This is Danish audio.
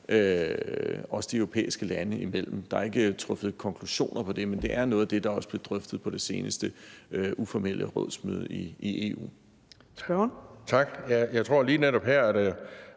de europæiske lande imellem. Der er ikke truffet konklusioner på det, men det var noget af det, der også blev drøftet på det seneste uformelle rådsmøde i EU.